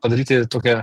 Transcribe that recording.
padaryti tokią